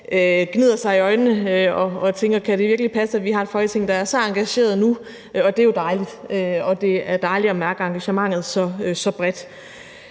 gnider sig i øjnene og tænker: Kan det virkelig passe, at vi nu har et Folketing, der er så engageret? Og det er jo dejligt, og det er dejligt at mærke engagementet så bredt.